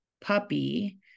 puppy